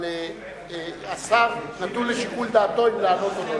אבל השר, נתון לשיקול דעתו אם לענות או לא